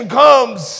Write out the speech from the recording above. comes